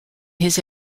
his